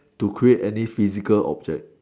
to create any physical object